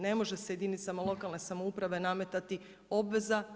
Ne može se jedinicama lokalne samouprave nametati obveza.